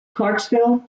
clarksville